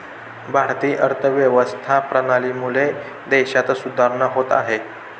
भारतीय अर्थव्यवस्था प्रणालीमुळे देशात सुधारणा होत आहे